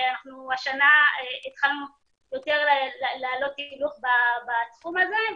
השנה אנחנו התחלנו לעלות הילוך בתחום הזה.